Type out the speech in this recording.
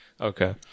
Okay